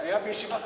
היה בישיבה חשובה.